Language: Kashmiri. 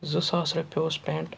زٕ ساس رۄپیہِ اوس پٮ۪نٛٹ